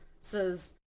says